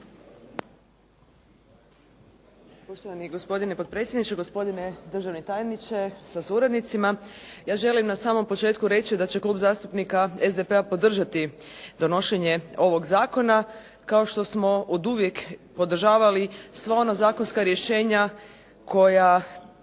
Poštovani gospodine potpredsjedniče, gospodine državni tajniče sa suradnicima. Ja želim na samom početku reći da će Klub zastupnika SDP-a podržati donošenje ovog zakona kao što smo oduvijek podržavali sva ona zakonska rješenja koja